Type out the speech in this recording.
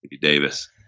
Davis